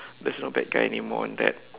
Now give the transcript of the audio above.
there's no bad guy anymore in that